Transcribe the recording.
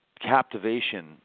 captivation